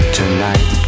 tonight